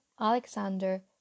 Alexander